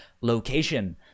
location